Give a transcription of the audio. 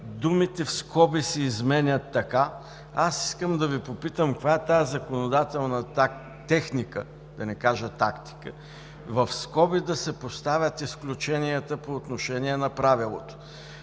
„думите в скоби се изменят така:“, искам да Ви попитам каква е тази законодателна техника, да не кажа тактика, в скоби да се поставят изключенията, по отношение на правилото?